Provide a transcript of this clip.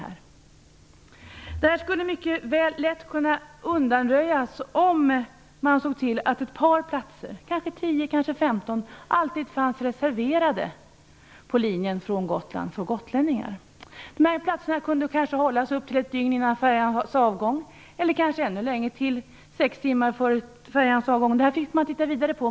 Det här skulle mycket lätt kunna undanröjas, om man såg till att några platser på linjen, kanske 10 eller 15, alltid fanns reserverade för gotlänningar. Dessa platser kunde kanske hållas upp till ett dygn före färjans avgång eller kanske ända fram till sex timmar före färjans avgång. Det skulle man få se närmare på.